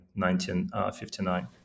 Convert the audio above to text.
1959